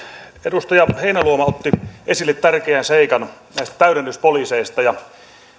edustaja heinäluoma otti esille tärkeän seikan näistä täydennyspoliiseista